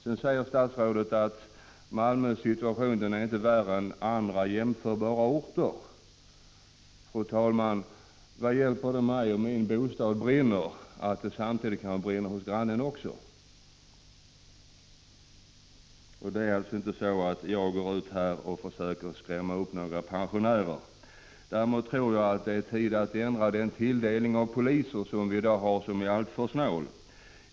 Vidare säger statsrådet att situationen i Malmö inte är värre än situationen på andra jämförbara orter. Men om min bostad brinner vad hjälper det då mig att det samtidigt brinner hos grannen också? Jag försöker inte skrämma upp pensionärerna. Det är i stället så, att det nu är dags att ändra tilldelningen av poliser, som i dag är alltför snål.